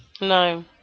No